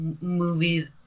movie –